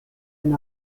and